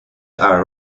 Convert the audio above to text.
are